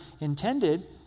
intended